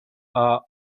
are